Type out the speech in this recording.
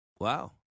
Wow